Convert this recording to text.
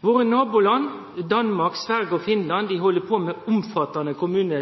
Våre naboland Danmark, Sverige og Finland held på med omfattande